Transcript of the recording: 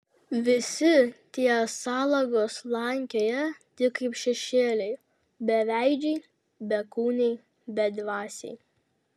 visi tie salagos slankioja tik kaip šešėliai beveidžiai bekūniai bedvasiai